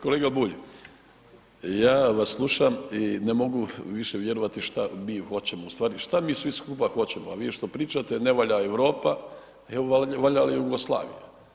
Kolega Bulj, ja vas slušam i ne mogu više vjerovati šta mi hoćemo, ustvari šta mi svi skupa hoćemo, a vi što pričate, ne valja Europa, evo valja li Jugoslavija?